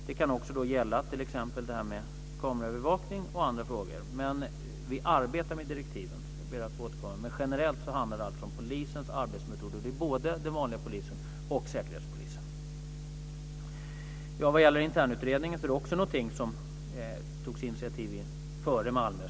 Det kan också gälla det här med kameraövervakning och andra frågor. Vi arbetar alltså med direktiven, så jag ber att få återkomma. Men generellt handlar det om polisens arbetsmetoder, både den vanliga polisens och Säkerhetspolisens. Vad gäller internutredning är det också någonting som det togs initiativ om före Malmö.